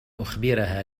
أخبرها